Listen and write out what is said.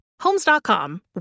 Homes.com